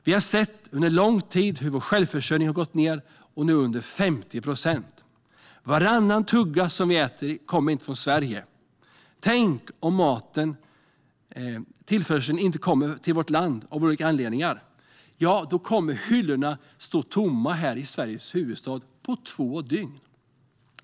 Vi har under lång tid sett hur vår självförsörjning har gått ned, och nu är den under 50 procent. Varannan tugga vi äter kommer inte från Sverige. Tänk om det inte blir någon mattillförsel till vårt land av olika anledningar. Då kommer hyllorna att stå tomma här i Sveriges huvudstad efter två dygn.